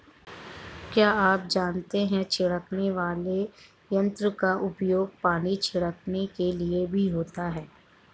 क्या आप जानते है छिड़कने वाले यंत्र का उपयोग पानी छिड़कने के लिए भी होता है?